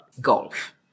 golf